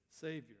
Savior